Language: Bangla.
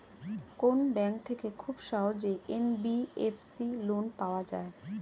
কোন ব্যাংক থেকে খুব সহজেই এন.বি.এফ.সি লোন পাওয়া যায়?